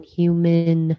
human